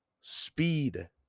speed